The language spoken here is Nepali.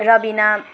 रबिना